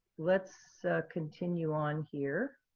let's continue on here.